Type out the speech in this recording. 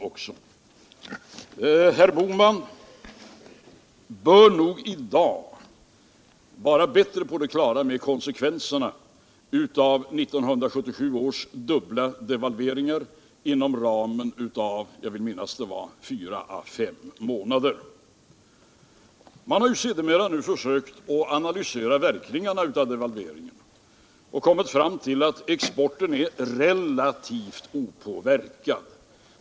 Herr Bohman bör nog i dag vara bättre på det klara med konsekvenserna av 1977 års dubbla devalveringar inom loppet av fyra fem månader. Man har sedermera försökt analysera verkningarna av devalveringarna och kommit fram till att exporten är relativt opåverkad.